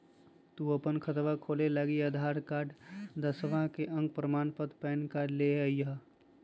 तू अपन खतवा खोलवे लागी आधार कार्ड, दसवां के अक प्रमाण पत्र, पैन कार्ड ले के अइह